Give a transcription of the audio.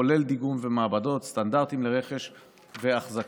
כולל דיגום ומעבדות, סטנדרטים לרכש ואחזקה.